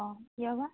অঁ কিয় বা